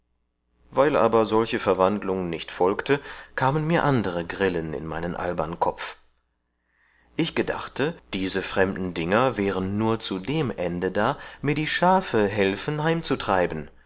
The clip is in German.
weil aber solche verwandlung nicht folgte kamen mir andere grillen in meinen albern kopf ich gedachte diese fremde dinger wären nur zu dem ende da mir die schafe helfen